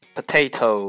Potato